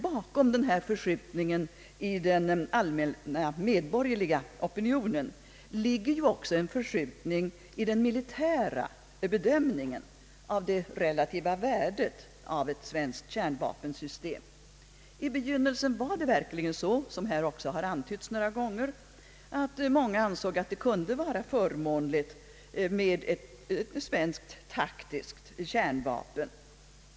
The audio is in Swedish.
Bakom denna förskjutning i den allmänna medborgerliga opinionen ligger också en förskjutning i den militära bedömningen av det relativa värdet av ett svenskt kärnvapensystem. I begynnelsen var det verkligen så, som här också har antytts några gånger, att många ansåg att det kunde vara förmånligt med ett svenskt taktiskt kärnvapen.